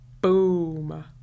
Boom